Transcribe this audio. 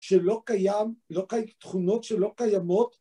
שלא קיים, תכונות שלא קיימות.